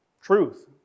truth